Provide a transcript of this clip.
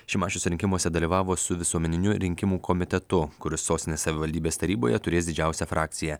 šimašius rinkimuose dalyvavo su visuomeniniu rinkimų komitetu kuris sostinės savivaldybės taryboje turės didžiausią frakciją